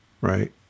right